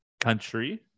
country